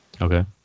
Okay